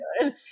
good